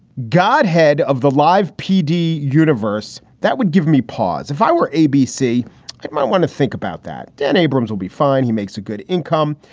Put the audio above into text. godhead of the live pd universe, that would give me pause if i were abc might want to think about that. dan abrams will be fine. he makes a good income.